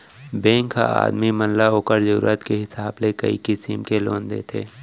bank ह आदमी मन ल ओकर जरूरत के हिसाब से कई किसिम के लोन देथे